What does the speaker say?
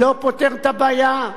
לא פותר את הבעיה,